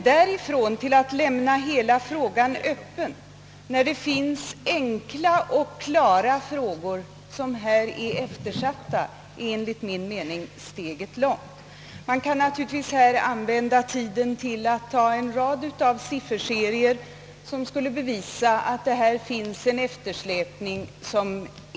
Därifrån till att lämna hela frågan öppen, när det finns enkla och klara exempel på områden som är eftersatta, är dock enligt min mening steget långt. Man kan naturligtvis använda tiden här i kväll till att lägga fram en rad av sifferserier, som skulle bevisa att här finns en betydande eftersläpning.